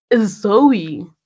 Zoe